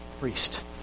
priest